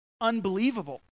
unbelievable